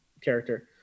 character